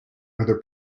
other